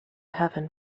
heaven